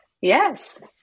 Yes